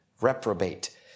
reprobate